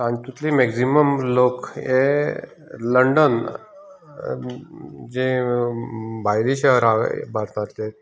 तातूंतले मॅक्जिमम लोक हे लंडन जें भायलें शहर आसा भारतांतलें